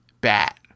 bat